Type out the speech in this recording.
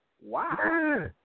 wow